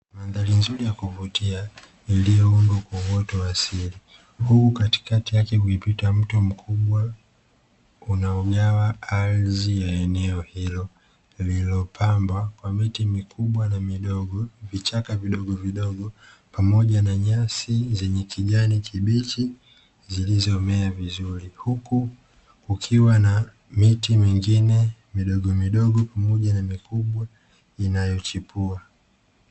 Mandhari nzuri ya kuvutia iliyoundwa kwa uoto wa asili huku katikati yake kukipita mto mkubwa unaogawa ardhi ya eneo hilo lililopambwa kwa miti mikubwa na midogo, vichaka vidogovidogo pamoja na nyasi zenye kijani kibichi zilizomea vizuri, huku kukiwa na miti mingine midogomidogo pamoja na mikubwa inayochipua.